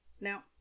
Now